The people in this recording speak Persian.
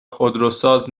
خودروساز